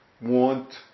want